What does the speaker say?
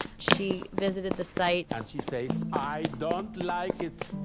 she visited the site and she says, i don't like it.